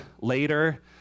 later